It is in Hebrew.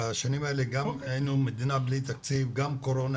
בשנים האלה המדינה הייתה בלי תקציב וגם עניין הקורונה.